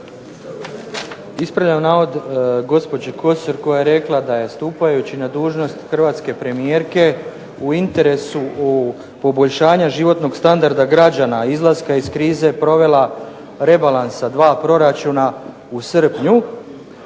Ispravljam navod gospođe Kosor koja je rekla da je stupajući na dužnost hrvatske premijerke u interesu u poboljšanja životnog standarda građana, izlaska iz krize provela rebalansa dva proračuna u srpnju.